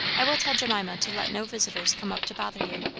i will tell jemima to let no visitors come up to bother you.